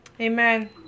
Amen